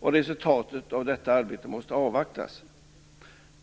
Resultatet av detta arbete måste avvaktas.